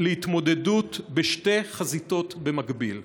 להתמודדות בשתי חזיתות במקביל.